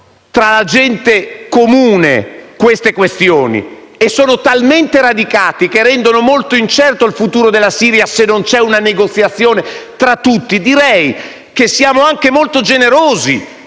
tra la gente comune e sono talmente radicate, che rendono molto incerto il futuro della Siria, se non c'è una negoziazione tra tutti. Direi che siamo anche molto generosi